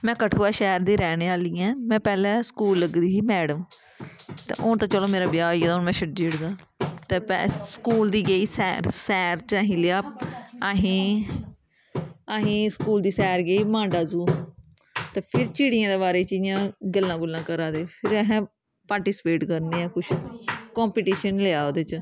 में कठुआ शैह्र दी रैह्ने आह्ली ऐं में पैह्लें स्कूल लग्गी दी ही मैडम ते हून ते चलो मेरा ब्याह् होई गेदा में छड्डी ओड़े दा ते पै स्कूल दी गेई सैर सैर च असें लेआ असीं असीं स्कूल दी सैर गेआ मांडा ज़ू ते फिर चिड़ियें दे बारे च इयां अस गल्लां गुल्लां करा दे हे फिर असें पार्टिसिपेट करने आं कुछ कंपीटेशन लेआ ओह्दे च